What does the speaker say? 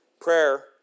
Prayer